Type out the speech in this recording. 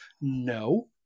No